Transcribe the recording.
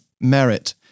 merit